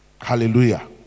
Hallelujah